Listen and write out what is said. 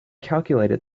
calculated